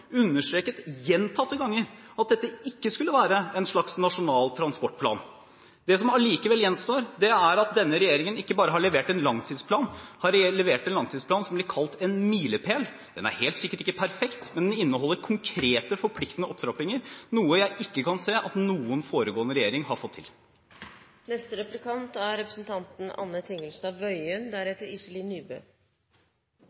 understreket gjentatte ganger at dette ikke skulle være en slags nasjonal transportplan. Det som likevel gjenstår, er at denne regjeringen ikke bare har levert en langtidsplan, den har levert en langtidsplan som blir kalt en milepæl. Den er helt sikkert ikke perfekt, men den inneholder konkrete, forpliktende opptrappinger – noe jeg ikke kan se at noen foregående regjering har fått til. Først har jeg lyst å si at jeg er